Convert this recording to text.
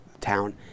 town